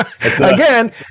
Again